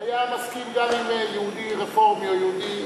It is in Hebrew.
היה מסכים גם עם יהודי רפורמי או יהודי,